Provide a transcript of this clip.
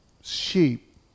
sheep